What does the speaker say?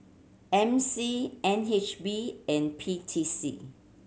M C N H B and P T C